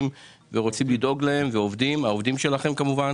ורוצים לדאוג להם ועל העובדים שלכם כמובן